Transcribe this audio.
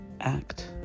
act